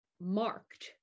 marked